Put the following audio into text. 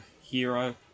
Hero